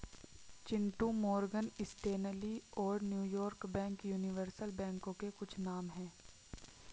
Chintu Morgan Stanley और New York bank universal बैंकों के कुछ नाम है